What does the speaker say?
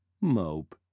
mope